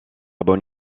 bonne